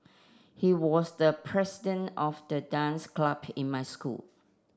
he was the president of the dance club in my school